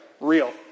real